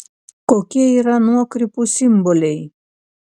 kokie yra nuokrypų simboliai